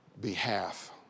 behalf